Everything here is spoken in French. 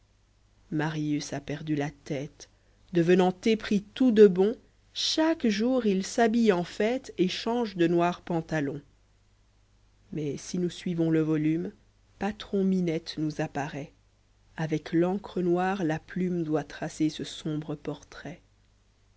marius a perdu la tête devenant épris tout de bon chaque jour il s'habille en fête et change de noir pantalon mais si nous suivons le volume patron-minette nous apparaît avec l'encre noire la plume doit tracer ce sombre portrait